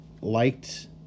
liked